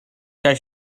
kaj